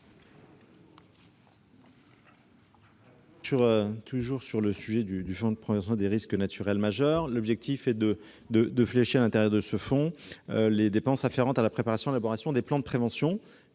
toujours sur le Fonds de prévention des risques naturels majeurs. L'objectif est de flécher, au sein de ce fonds, les dépenses afférentes à la préparation et à l'élaboration des plans de prévention,